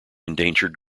endangered